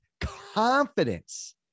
confidence